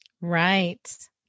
Right